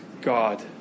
God